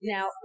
Now